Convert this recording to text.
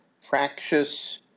fractious